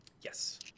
Yes